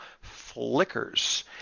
flickers